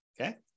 Okay